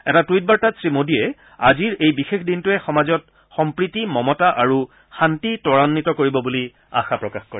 এটা টুইট বাৰ্তাত শ্ৰীমোদীয়ে আজিৰ এই বিশেষ দিনটোৱে সমাজত সম্প্ৰীতি মমতা আৰু শান্তি ত্বৰাঘ্বিত কৰিব বুলি আশা প্ৰকাশ কৰে